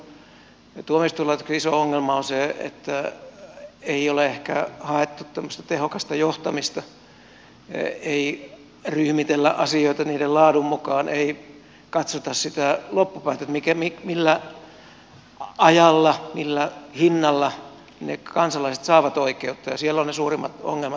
suomen tuomioistuinlaitoksen iso ongelma on se että ei ole ehkä haettu tämmöistä tehokasta johtamista ei ryhmitellä asioita niiden laadun mukaan ei katsota sitä loppupäätä millä ajalla millä hinnalla ne kansalaiset saavat oikeutta ja siellä on ne suurimmat ongelmat